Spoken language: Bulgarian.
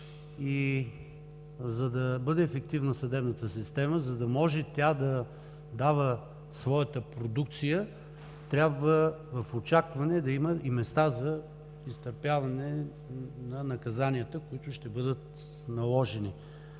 За да бъде ефективна съдебната система, за да може тя да дава своята продукция, трябва в очакване да има и места за изтърпяване на наказанията, които ще бъдат наложени.